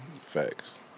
Facts